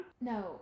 No